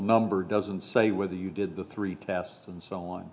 number doesn't say whether you did the three tests and so on